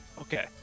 Okay